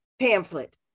pamphlet